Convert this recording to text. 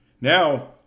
Now